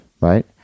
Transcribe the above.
right